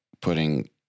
putting